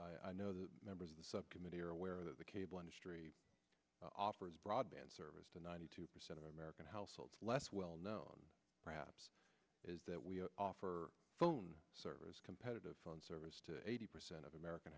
note i know the members of the subcommittee are aware that the cable industry offers broadband service to ninety two percent of american households less well known perhaps is that we offer phone service competitive phone service to eighty percent of american